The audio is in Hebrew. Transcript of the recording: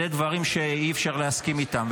אלה דברים שאי-אפשר להסכים איתם.